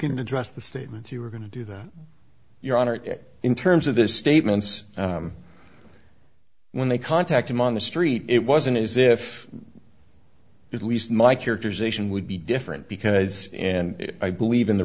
can address the statement you were going to do that your honor it in terms of the statements when they contact him on the street it wasn't as if it least my characterization would be different because and i believe in the